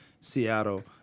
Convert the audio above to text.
Seattle